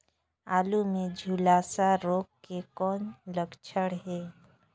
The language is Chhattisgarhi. आलू मे झुलसा रोग के कौन लक्षण हे?